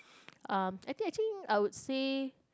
uh I think actually I would say